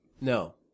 No